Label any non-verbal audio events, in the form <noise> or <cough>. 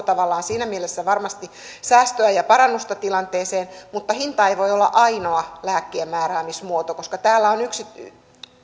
<unintelligible> tavallaan siinä mielessä varmasti säästöä ja parannusta tilanteeseen mutta hinta ei voi olla ainoa lääkkeen määräämismuoto koska täällä on